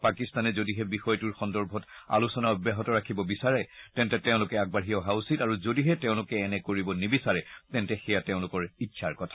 পাকিস্তানে যদিহে বিষয়টো সন্দৰ্ভত আলোচনা অব্যাহত ৰাখিব বিচাৰে তেন্তে তেওঁলোকে আগবাঢ়ি অহা উচিত আৰু যদিহে তেওঁলোকে এনে কৰিব নিবিচাৰে তেন্তে সেয়া তেওঁলোকৰ ইচ্ছাৰ কথা